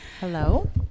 Hello